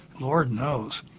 lord knows.